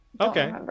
Okay